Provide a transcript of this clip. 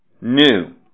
New